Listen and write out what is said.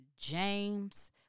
James